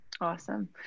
Awesome